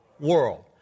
World